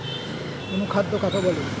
অনুখাদ্য কাকে বলে?